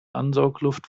ansaugluft